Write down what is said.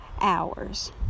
hours